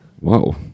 Whoa